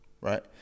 right